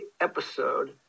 episode